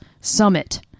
summit